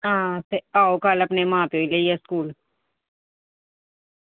आं ते कल्ल आओ अपने मां प्योऽ गी लेइयै स्कूल